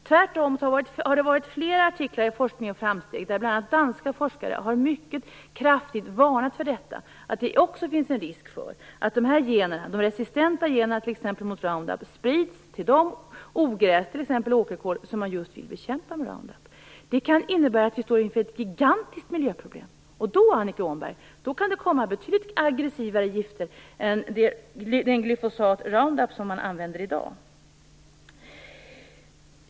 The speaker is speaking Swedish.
Tvärtom har det stått flera artiklar i Forskning och Framsteg där bl.a. danska forskare mycket kraftigt har varnat för att det finns en risk att de gener som är resistenta mot t.ex. Roundup sprids till just de ogräs, t.ex. åkerkål, som man vill bekämpa med Roundup. Det kan innebära att vi står inför ett gigantiskt miljöproblem. Då, Annika Åhnberg, kan det komma betydligt aggressivare gifter än den glyfosat-Roundup man använder i dag.